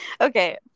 Okay